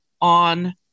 on